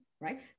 right